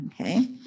Okay